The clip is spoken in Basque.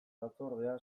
batzordea